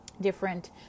different